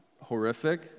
horrific